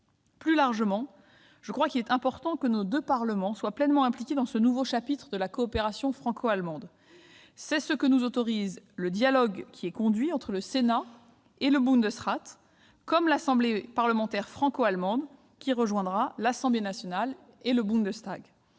Plus largement, je crois important que nos deux Parlements soient pleinement impliqués dans ce nouveau chapitre de la coopération franco-allemande. Oui ! C'est ce qu'autorise le dialogue conduit entre le Sénat et le Bundesrat, de même que l'Assemblée parlementaire franco-allemande qui permettra de réunir Assemblée nationale et Bundestag.